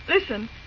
Listen